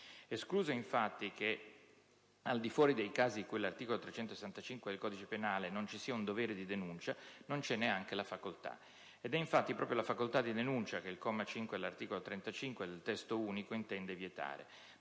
escluso infatti che, al di fuori dei casi di cui all'articolo 365 del codice penale, non ci sia un «dovere» di denuncia, non c'è neanche la facoltà. Ed è, infatti, proprio la facoltà di denuncia che il comma 5 dell'articolo 35 del testo unico sull'immigrazione